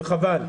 וחבל.